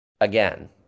again